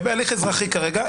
בהליך אזרחי כרגע,